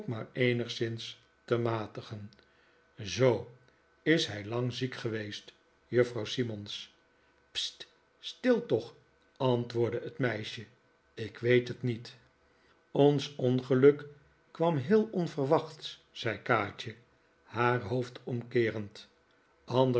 maar eenigszins te matigen zoo is hij lang ziek geweest juffrouw simmonds sst stil toch antwoordde het meisje ik weet het niet ons ongeluk kwam heel onverwachts zei kaatje haar hoofd omkeerend